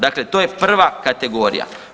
Dakle to je prva kategorija.